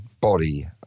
body